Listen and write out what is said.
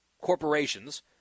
corporations